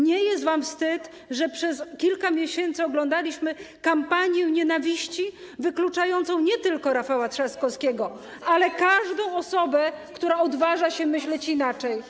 Nie jest wam wstyd, że przez kilka miesięcy oglądaliśmy kampanię nienawiści, wykluczającą nie tylko Rafała Trzaskowskiego, ale każdą osobę, która odważa się myśleć inaczej?